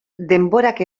denborak